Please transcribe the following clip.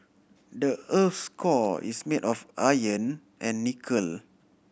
the earth's core is made of iron and nickel